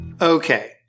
Okay